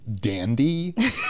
dandy